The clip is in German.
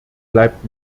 bleibt